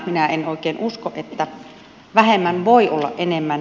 minä en oikein usko että vähemmän voi olla enemmän